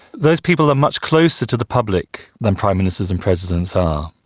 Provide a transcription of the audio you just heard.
those people are much closer to the public than prime ministers and presidents are.